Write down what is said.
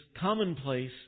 commonplace